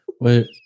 Wait